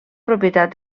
propietat